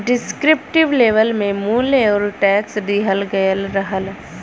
descriptive label में मूल्य आउर टैक्स दिहल गयल रहला